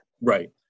Right